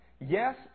Yes